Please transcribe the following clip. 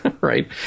Right